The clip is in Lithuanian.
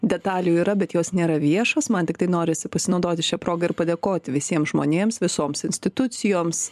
detalių yra bet jos nėra viešos man tiktai norisi pasinaudoti šia proga ir padėkoti visiems žmonėms visoms institucijoms